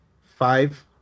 five